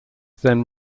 then